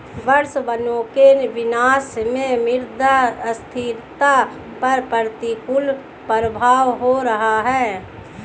वर्षावनों के विनाश से मृदा स्थिरता पर प्रतिकूल प्रभाव हो रहा है